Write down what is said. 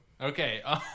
Okay